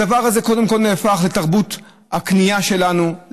הדבר הזה קודם כול נהפך לתרבות הקנייה שלנו,